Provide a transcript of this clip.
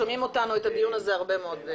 שומעים את הדיון הזה הרבה מאוד גורמים.